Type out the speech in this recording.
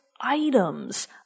items